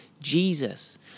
jesus